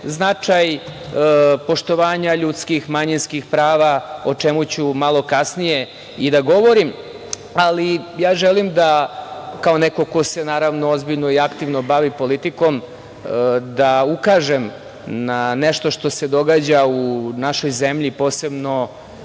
značaj poštovanja ljudskih, manjinskih prava, o čemu ću malo kasnije i da govorim, ali ja želim da, kao neko ko se naravno ozbiljno i aktivno bavi politikom, da ukažem na nešto što se događa u našoj zemlji. Posebno